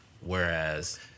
Whereas